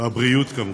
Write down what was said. הבריאות, כמובן.